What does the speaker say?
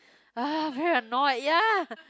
!ugh! very annoyed ya